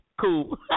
cool